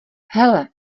hele